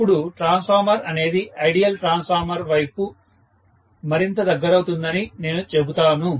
అపుడు ట్రాన్స్ఫార్మర్ అనేది ideal transformer వైపు మరింత దగ్గరవుతుందని నేను చెబుతాను